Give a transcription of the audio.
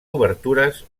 obertures